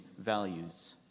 values